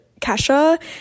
Kesha